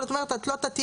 אבל את אומרת את לא תטילי,